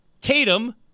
Tatum